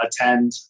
attend